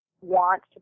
want